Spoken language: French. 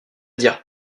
dire